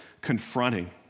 confronting